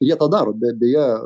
jie tą daro bet deja